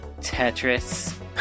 Tetris